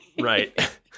Right